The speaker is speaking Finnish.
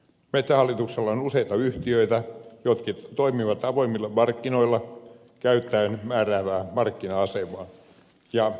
metsähallituksella on useita yhtiöitä jotka toimivat avoimilla markkinoilla käyttäen määräävää markkina asemaa